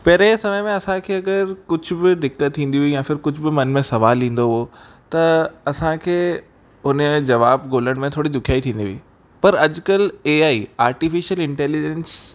पहिरीं ये समय में असांखे अगरि कुझु बि दिक़तु थींदी हुई या फिर कुझु बि मन में सुवाल ईंदो हो त असांखे उन जो जवाबु ॻोल्हणु में थोरी ॾुखियाई थींदी हुई पर अॼकल्ह ए आई आर्टिफिशल इंटेलीजेंस